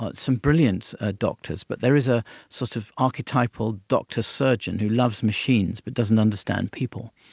but some brilliant ah doctors, but there is a sort of archetypal doctor surgeon who loves machines but doesn't understand people,